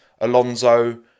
Alonso